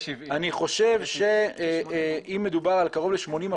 אם מדובר על קרוב ל-80%,